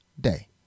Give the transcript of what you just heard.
day